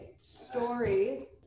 story